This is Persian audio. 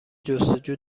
جستجو